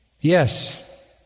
Yes